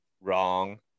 wrong